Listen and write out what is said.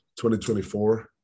2024